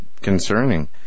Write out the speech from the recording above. concerning